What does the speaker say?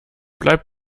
bleib